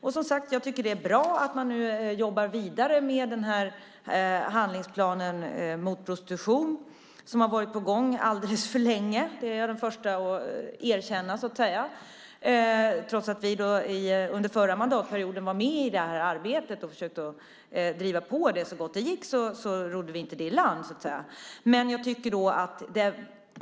Jag tycker att det är bra att man jobbar vidare med handlingsplanen mot prostitution som har varit på gång alldeles för länge. Det är jag den första att erkänna, trots att vi under den förra mandatperioden var med i arbetet och försökte driva på det så gott det gick. Men vi rodde det inte i land.